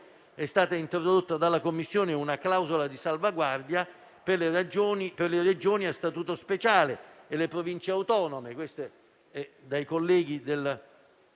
è stata introdotta dalla Commissione una clausola di salvaguardia per le Regioni a Statuto speciale e le Province autonome: